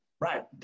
Right